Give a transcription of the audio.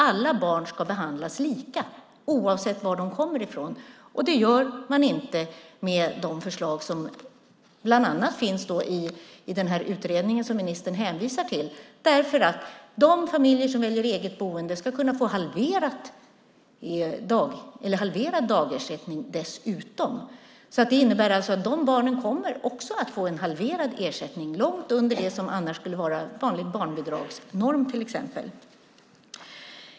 Alla barn ska behandlas lika, oavsett var de kommer ifrån, och det gör man inte med de förslag som bland annat finns i den utredning som ministern hänvisar till. De familjer som väljer eget boende ska kunna få halverad dagersättning dessutom. Det innebär alltså att de barnen också kommer att få en halverad ersättning, långt under det som annars skulle motsvara vanlig barnbidragsnorm, till exempel.